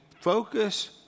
focus